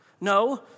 No